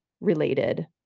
related